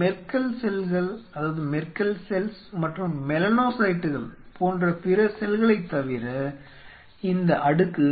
Merkel செல்கள் மற்றும் மெலனோசைட்டுகள் போன்ற பிற செல்களைத் தவிர இந்த அடுக்கு